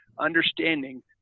understanding